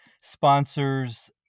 sponsors